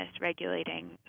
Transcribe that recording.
regulating